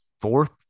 fourth